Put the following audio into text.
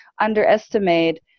underestimate